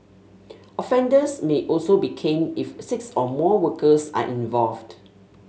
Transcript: offenders may also be caned if six or more workers are involved